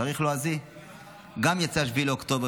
בתאריך לועזי גם יצא 7 באוקטובר,